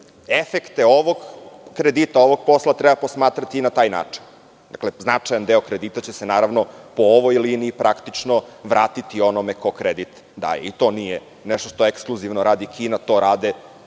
efekte ovog kredita ovog posla treba posmatrati na taj način. Dakle, značajan deo kredita će se po ovoj liniji praktično vratiti onome ko kredit daje. To nije nešto što ekskluzivno radi Kina, to rade